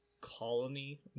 colony